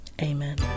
amen